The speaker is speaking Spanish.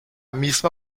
misma